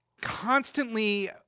constantly